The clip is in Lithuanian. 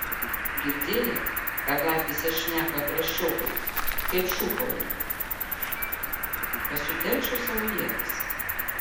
girdėjai ką gatvėse šneka prasčiokai kaip šūkauja kad sutelkčiau savo ietis